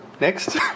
Next